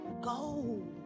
go